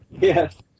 Yes